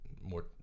more